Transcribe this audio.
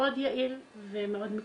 מאוד יעיל ומאוד מקצועי.